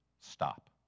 Stop